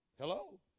Hello